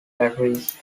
batteries